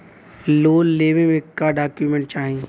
Loan लेवे मे का डॉक्यूमेंट चाही?